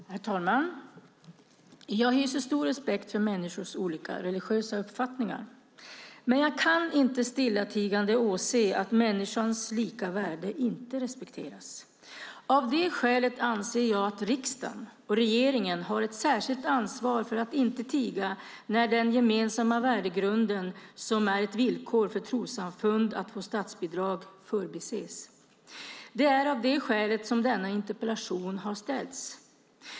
Herr talman! Jag hyser stor respekt för människors olika religiösa uppfattningar, men jag kan inte stillatigande åse att människans lika värde inte respekteras. Av det skälet anser jag att riksdag och regering har ett särskilt ansvar för att inte tiga när den gemensamma värdegrunden, som är ett villkor för trossamfund att få statsbidrag, förbises. Det är av det skälet som denna interpellation har ställts.